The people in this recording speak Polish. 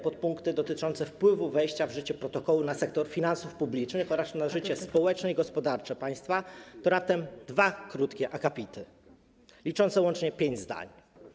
Podpunkty dotyczące wpływu wejścia w życie protokołu na sektor finansów publicznych oraz na życie społeczne i gospodarcze państwa to raptem dwa krótkie akapity liczące łącznie pięć zdań.